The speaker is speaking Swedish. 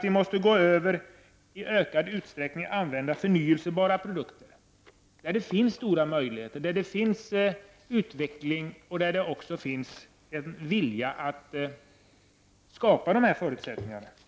Vi måste i ökad utsträckning övergå till att använda förnyelsebara produkter där det finns stora möjligheter och där det sker en utveckling och en vilja att skapa dessa förutsättningar.